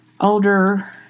older